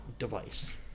device